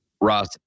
Ross